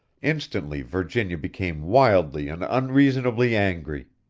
instantly virginia became wildly and unreasonably angry.